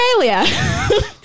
australia